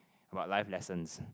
about life lessons